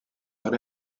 but